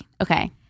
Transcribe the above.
Okay